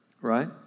Right